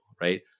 Right